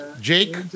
Jake